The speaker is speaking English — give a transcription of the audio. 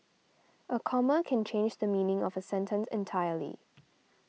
a comma can change the meaning of a sentence entirely